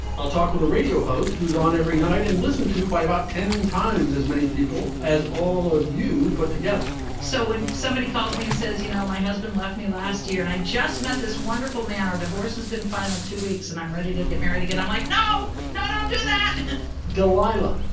i'll talk with a radio host who's on every night and listened to by about ten times as many people as all of you put together so when somebody calls me and says, you know, my husband left me last year and i just met this wonderful man, our divorce has been final two weeks and i'm ready to get married again i'm like now, not delilah,